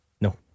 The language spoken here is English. No